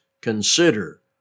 consider